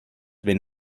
wenn